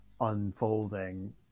unfolding